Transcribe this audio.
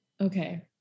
Okay